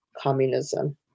communism